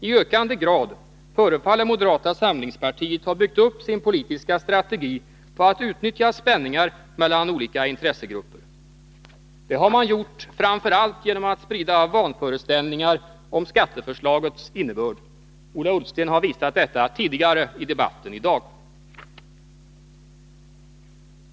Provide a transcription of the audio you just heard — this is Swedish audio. I ökande grad förefaller moderata samlingspartiet ha byggt upp sin politiska strategi på att utnyttja spänningar mellan olika intressegrupper. Det har man gjort framför allt genom att sprida vanföreställningar om skatteförslagets innebörd. Ola Ullsten har visat detta tidigare under debatten i dag.